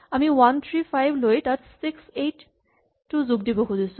আমি one three five লৈ তাত ছিক্স এইট টো যোগ দিব খুজিছো